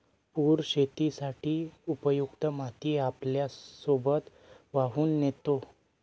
पूर शेतीसाठी उपयुक्त माती आपल्यासोबत वाहून नेतो